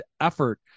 effort